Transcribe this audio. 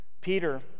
Peter